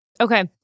Okay